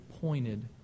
pointed